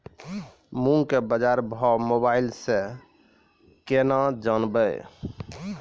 मूंग के बाजार भाव मोबाइल से के ना जान ब?